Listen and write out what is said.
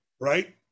right